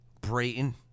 Brayton